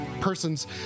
persons